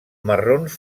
marrons